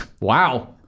Wow